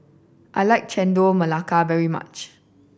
I like Chendol Melaka very much